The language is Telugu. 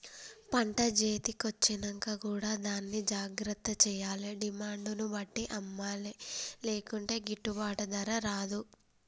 పంట చేతి కొచ్చినంక కూడా దాన్ని జాగ్రత్త చేయాలే డిమాండ్ ను బట్టి అమ్మలే లేకుంటే గిట్టుబాటు ధర రాదు